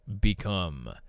become